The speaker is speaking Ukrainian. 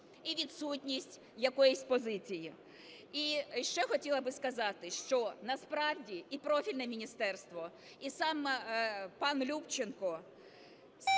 і відсутність якоїсь позиції. І ще хотіла би сказати, що насправді і профільне міністерство, і сам пан Любченко